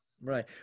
right